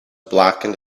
blackened